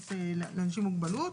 תקנות לאנשים עם מוגבלות.